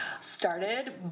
started